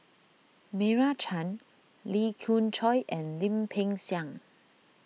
Meira Chand Lee Khoon Choy and Lim Peng Siang